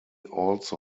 also